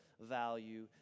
value